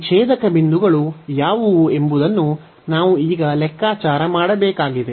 ಈ ಛೇದಕ ಬಿಂದುಗಳು ಯಾವುವು ಎಂಬುದನ್ನು ನಾವು ಈಗ ಲೆಕ್ಕಾಚಾರ ಮಾಡಬೇಕಾಗಿದೆ